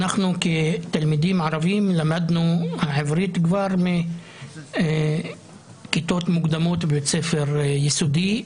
כתלמידים ערביים למדנו את העברית כבר מכיתות מוקדמות בבית ספר יסודי,